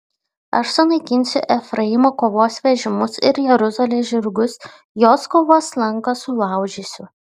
aš sunaikinsiu efraimo kovos vežimus ir jeruzalės žirgus jos kovos lanką sulaužysiu